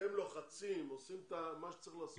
אתם לוחצים ועושים מה שצריך לעשות?